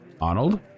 Arnold